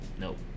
Nope